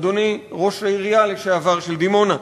אדוני ראש העירייה לשעבר של דימונה.